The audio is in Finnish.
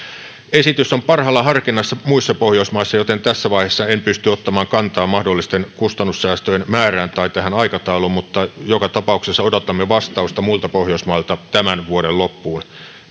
esitys on parhaillaan harkinnassa muissa pohjoismaissa joten tässä vaiheessa en pysty ottamaan kantaa mahdollisten kustannussäästöjen määrään tai tähän aikatauluun mutta joka tapauksessa odotamme vastausta muilta pohjoismailta tämän vuoden loppuun